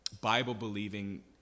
Bible-believing